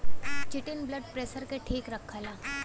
chitin blood pressure के ठीक रखला